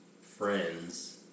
friends